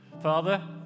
Father